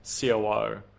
COO